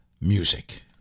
music